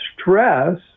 stress